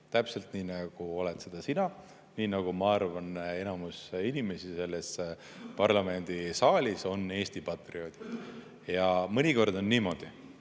täpselt nii, nagu oled seda sina, ja nii nagu on, ma arvan, enamik inimesi selles parlamendisaalis Eesti patrioodid. Mõnikord on niimoodi,